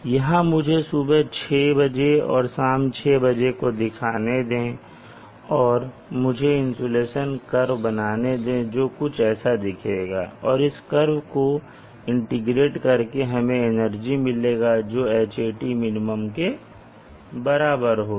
यहां मुझे सुबह 6 बजे और शाम 6 बजे को दिखाने दें और मुझे इंसुलेशन कर्व बनाने दे जो कुछ ऐसा दिखेगा और इस कर्व को इंटीग्रेट करके हमें एनर्जी मिलेगा जो Hatmin के बराबर होगा